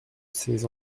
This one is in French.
ces